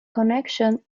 connection